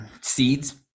seeds